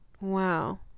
Wow